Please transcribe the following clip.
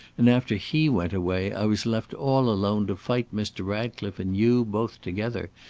and after he went away, i was left all alone to fight mr. ratcliffe and you both together,